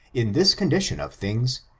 in this condition of things,